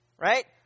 right